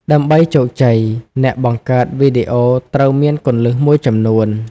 ដើម្បីជោគជ័យ អ្នកបង្កើតវីដេអូត្រូវមាន គន្លឹះ មួយចំនួន។